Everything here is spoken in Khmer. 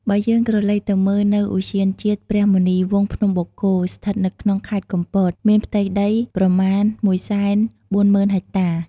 បើយើងក្រឡេកទៅមើលនៅ ឧទ្យានជាតិព្រះមុនីវង្សភ្នំបូកគោ ស្ថិតនៅក្នុងខេត្តកំពត មានផ្ទៃដីប្រមាណ ១៤០,០០០ ហិចតា។